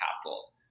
capital